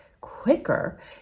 quicker